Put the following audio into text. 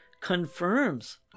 confirms